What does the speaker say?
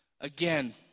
again